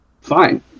fine